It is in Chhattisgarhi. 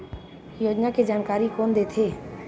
योजना के जानकारी कोन दे थे?